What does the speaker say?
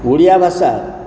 ଓଡ଼ିଆ ଭାଷା